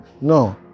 No